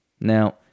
Now